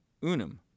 unum